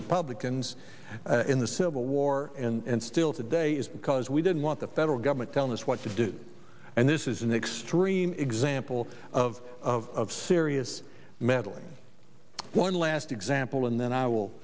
republicans in the civil war and still today is because we didn't want the federal government telling us what to do and this is an extreme example of serious meddling one last example and then i will